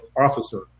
officer